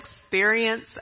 experience